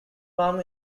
farm